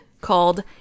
called